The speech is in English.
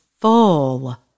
full